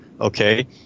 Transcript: okay